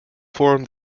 form